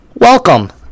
welcome